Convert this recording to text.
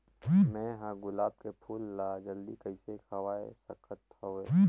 मैं ह गुलाब के फूल ला जल्दी कइसे खवाय सकथ हवे?